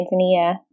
Tanzania